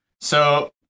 So-